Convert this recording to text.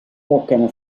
toccano